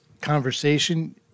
conversation